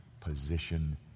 position